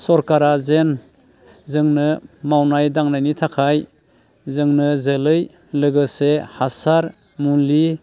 सोरखारा जेन जोंनो मावनाय दांनायनि थाखाय जोंनो जोलै लोगोसे हासार मुलि